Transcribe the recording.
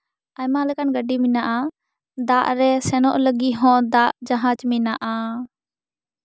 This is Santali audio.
ᱟᱭᱢᱟ ᱞᱮᱠᱟᱱ ᱜᱟᱹᱰᱤ ᱢᱮᱱᱟᱜᱼᱟ ᱫᱟᱜ ᱨᱮ ᱥᱮᱱᱚᱜ ᱞᱟᱹᱜᱤᱫ ᱦᱚᱸ ᱫᱟᱜ ᱡᱟᱦᱟᱡ ᱢᱮᱱᱟᱜᱼᱟ